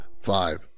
Five